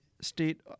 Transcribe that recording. state